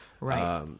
Right